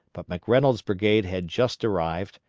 but mcreynolds' brigade had just arrived,